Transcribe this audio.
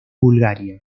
bulgaria